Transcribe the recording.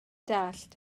dallt